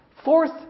Fourth